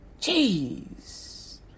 Jeez